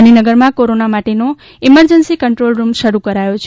ગાંધીનગરમાં કોરોના માટેનો emergency control room શરૂ કરાયો છે